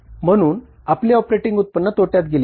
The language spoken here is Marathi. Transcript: आणि म्हणून आपले ऑपरेटिंग उत्पन्न तोटयात गेले आहे